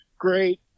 great